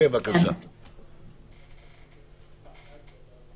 שכמובן כל עוד לא תהיה הסדרה חוקית הדיונים יהיו של המוחזקים במשמורת